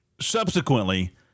subsequently